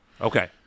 Okay